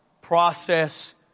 process